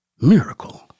Miracle